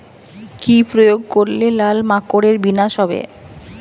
কি প্রয়োগ করলে লাল মাকড়ের বিনাশ হবে?